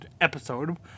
episode